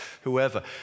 whoever